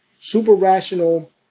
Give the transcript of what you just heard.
super-rational